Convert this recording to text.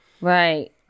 Right